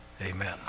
Amen